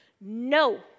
No